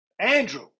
Andrew